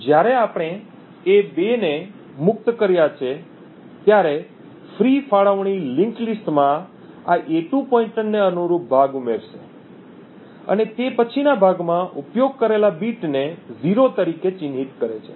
તો જ્યારે આપણે એ 2 ને મુક્ત કર્યા છે ત્યારે ફ્રી ફાળવણી લિંક્ડ લિસ્ટ માં આ a2 પોઇન્ટરને અનુરૂપ ભાગ ઉમેરશે અને તે પછીના ભાગમાં ઉપયોગ કરેલા બીટને 0 તરીકે ચિહ્નિત કરે છે